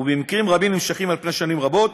ובמקרים רבים נמשכים שנים רבות.